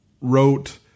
wrote